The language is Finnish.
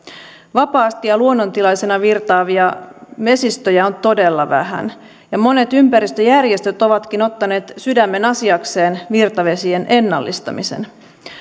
vapaasti ja luonnontilaisena virtaavia vesistöjä on todella vähän ja monet ympäristöjärjestöt ovatkin ottaneet sydämenasiakseen virtavesien ennallistamisen